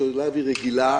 שאליו היא רגילה,